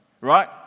Right